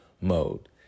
mode